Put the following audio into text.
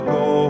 go